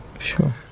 Sure